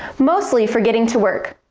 mostly for getting to work.